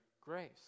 grace